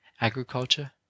agriculture